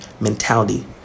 mentality